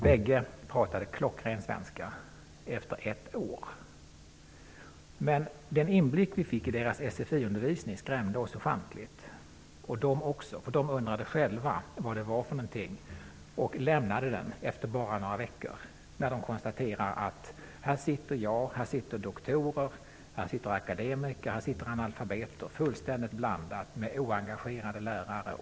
Bägge talade klockren svenska efter ett år. Men den inblick vi fick i deras SFI-undervisning skrämde oss ofantligt, och den skrämde också dem. De undrade själva vad det var för någonting och lämnade den efter bara några veckor. De konstaterade: Här sitter jag, här sitter doktorer, här sitter akademiker och här sitter analfabeter fullständigt blandat med oengagerade lärare.